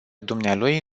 dumnealui